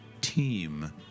team